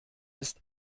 ist